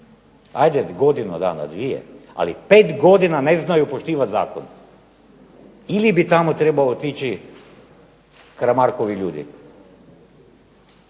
Ajde godinu dana, dvije, ali pet godina ne znaju poštivati zakon. Ili bi tamo trebalo otići Karamarkovi ljudi.